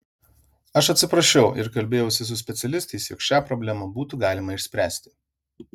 aš atsiprašiau ir kalbėjausi su specialistais jog šią problemą būtų galima išspręsti